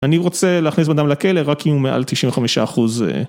אני רוצה להכניס בן אדם לכלא רק אם הוא מעל 95%